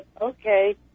okay